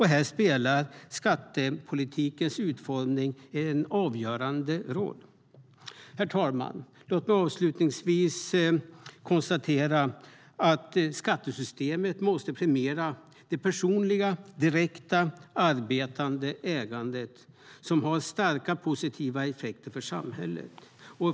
Här spelar skattepolitikens utformning en avgörande roll. Herr talman! Låt mig avslutningsvis konstatera att skattesystemet måste premiera det personliga, direkta och arbetande ägandet, som har starka positiva effekter för samhället.